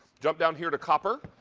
jump down here to copper.